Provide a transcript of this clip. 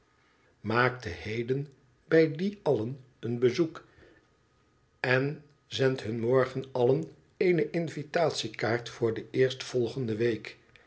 maakte heden bij die allen een bezoek en zendt hun morgen allen eene invitatiekaart voor de eerstvolgende week